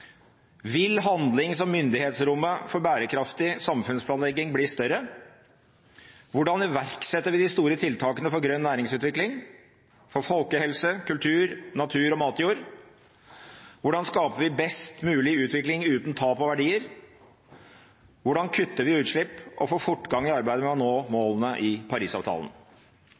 Vil handlings- og myndighetsrommet for bærekraftig samfunnsplanlegging bli større? Hvordan iverksetter vi de store tiltakene for grønn næringsutvikling, folkehelse, kultur, natur og matjord? Hvordan skaper vi best mulig utvikling uten tap av verdier? Hvordan kutter vi utslipp og får fortgang i arbeidet med å nå målene i